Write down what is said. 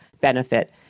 benefit